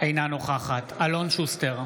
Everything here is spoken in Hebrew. אינה נוכחת אלון שוסטר,